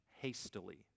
hastily